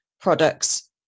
products